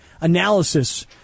analysis